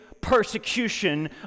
persecution